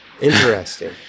Interesting